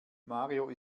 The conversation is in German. mario